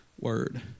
Word